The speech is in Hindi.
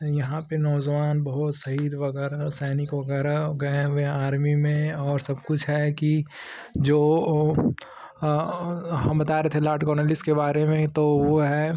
यहाँ पर नौज़वान बहुत शहीद वग़ैरह सैनिक वग़ैरह गए हुए हैं आर्मी में और सबकुछ है कि जो हम बता रहे थे लॉर्ड कॉर्नवालिस के बारे में तो वह है